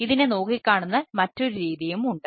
ഇതിനെ നോക്കിക്കാണുന്ന മറ്റൊരു രീതിയും ഉണ്ട്